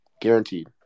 Guaranteed